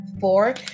four